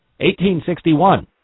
1861